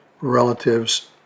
relatives